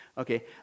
Okay